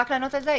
רק לענות על זה.